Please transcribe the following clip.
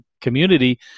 community